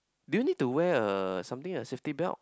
do you need to wear a something a safety belt